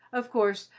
of course,